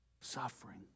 Suffering